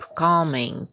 calming